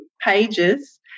pages